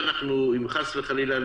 חס וחלילה,